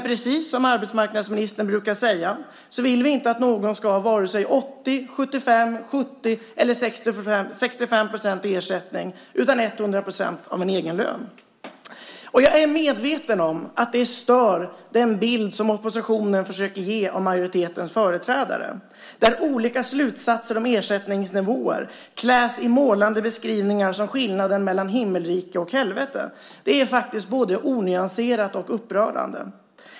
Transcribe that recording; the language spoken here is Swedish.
Precis som arbetsmarknadsministern brukar säga vill vi inte att någon ska ha vare sig 80, 75 eller 65 % i ersättning - utan man ska ha 100 % av en egen lön. Jag är medveten om att detta stör den bild som oppositionen försöker ge av majoritetens företrädare, där olika slutsatser om ersättningsnivåer kläs i målande beskrivningar som om det gällde skillnaden mellan himmelrike och helvete. Det är faktiskt både onyanserat och upprörande.